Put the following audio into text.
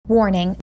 Warning